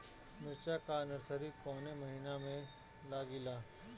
मिरचा का नर्सरी कौने महीना में लागिला?